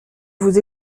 vous